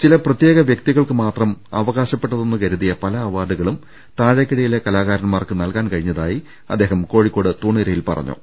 ചില പ്രത്യേക വൃക്തികൾക്കു മാത്രം അവകാശപ്പെട്ടതെന്ന് കരുതിയ പല അവാർഡുകളും താഴെക്കിട യിലെ കലാകാരന്മാർക്ക് നൽകാൻ കഴിഞ്ഞതായി അദ്ദേഹം കോഴിക്കോട് തൂണേരിയിൽ പറഞ്ഞു